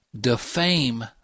defame